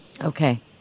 okay